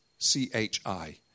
C-H-I